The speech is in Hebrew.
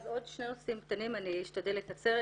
עוד שני נושאים קטנים, אני אשתדל לקצר.